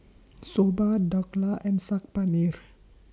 Soba Dhokla and Saag Paneer